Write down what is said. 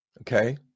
okay